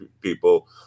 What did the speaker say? people